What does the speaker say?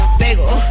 bagel